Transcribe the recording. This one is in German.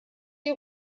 ihr